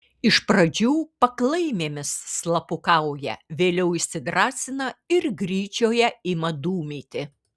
iš pradžių paklaimėmis slapukauja vėliau įsidrąsina ir gryčioje ima dūmyti